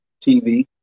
TV